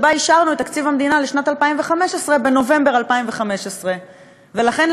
שבה אישרנו את תקציב המדינה לשנת 2015 בנובמבר 2015. ולכן,